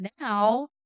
now